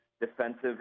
defensive